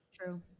True